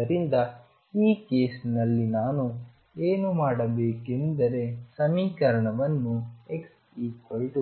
ಆದ್ದರಿಂದ ಈ ಕೇಸ್ನಲ್ಲಿ ನಾನು ಏನು ಮಾಡಬೇಕೆಂದರೆ ಸಮೀಕರಣವನ್ನು x−L